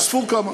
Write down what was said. שיאספו כמה.